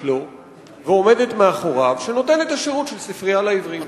לו ועומדת מאחוריו ונותנת את השירות של ספרייה לעיוורים.